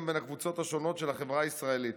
בין הקבוצות השונות של החברה הישראלית.